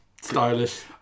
stylish